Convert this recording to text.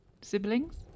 Siblings